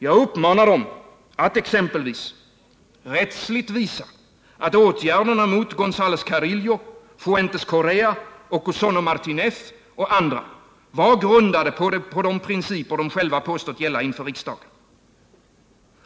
Jag uppmanar dem att exempelvis rättsligt visa att åtgärderna mot Gonzales Carillo, Fuentes Correa, Okusone Martinez och andra var grundade på de principer de själva inför riksdagen påstått gälla.